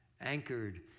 anchored